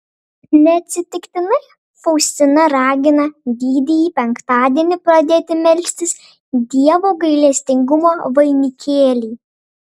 neatsitiktinai faustina ragina didįjį penktadienį pradėti melstis dievo gailestingumo vainikėlį